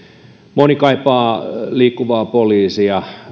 moni kaipaa liikkuvaa poliisia